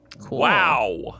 Wow